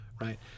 right